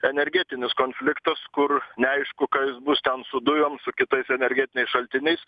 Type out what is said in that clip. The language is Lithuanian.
energetinis konfliktas kur neaišku kas bus ten su dujom su kitais energetiniais šaltiniais